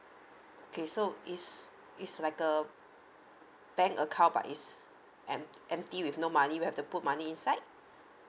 okay so it's it's like a bank account but is em~ empty with no money we have to put money inside